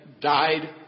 died